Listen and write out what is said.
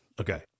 Okay